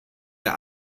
der